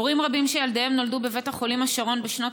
הורים רבים שילדיהם נולדו בבית החולים השרון בשנות